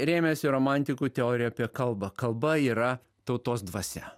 rėmėsi romantikų teorija apie kalbą kalba yra tautos dvasia